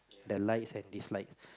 the likes and dislikes